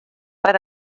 per